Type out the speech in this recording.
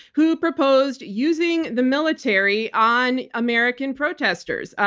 who proposed using the military on american protestors,